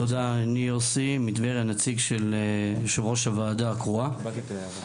אני נציג של יושב-ראש הוועדה קרואה, טבריה.